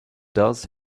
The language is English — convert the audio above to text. does